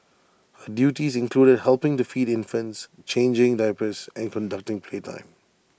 her duties included helping to feed infants changing diapers and conducting playtime